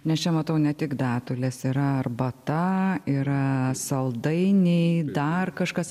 nes čia matau ne tik datules yra arbata yra saldainiai dar kažkas